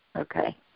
Okay